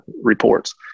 reports